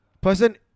Person